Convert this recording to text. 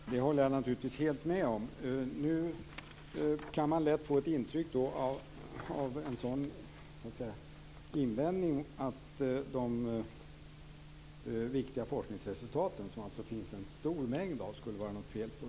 Fru talman! Det håller jag naturligtvis helt med om. Nu kan man ju få intrycket av en sådan invändning att det skulle vara fel på de mycket viktiga forskningsresultat som det finns en stor mängd av.